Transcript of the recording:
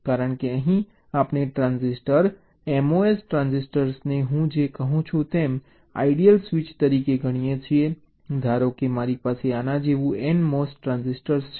કારણ કે અહીં આપણે ટ્રાન્ઝિસ્ટર MOS ટ્રાન્ઝિસ્ટરને હું જે કહું છું તેમ આઇડીઅલ સ્વીચ તરીકે ગણીએ છીએ ધારો કે મારી પાસે આના જેવું N MOS ટ્રાન્ઝિસ્ટર છે